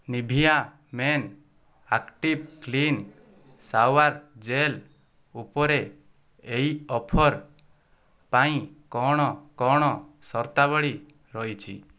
Nivea men active clean shower gel ଉପରେ ଏହି offer ପାଇଁ କ'ଣ କ'ଣ ସର୍ତ୍ତାବଳୀ ରହିଛି